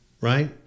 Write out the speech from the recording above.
right